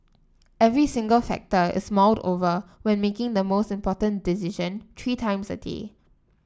every single factor is mulled over when making the most important decision three times a day